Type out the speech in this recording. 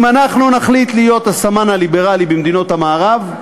אם אנחנו נחליט להיות הסמן הליברלי במדינות המערב,